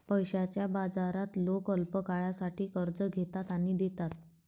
पैशाच्या बाजारात लोक अल्पकाळासाठी कर्ज घेतात आणि देतात